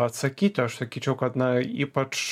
atsakyti aš sakyčiau kad na ypač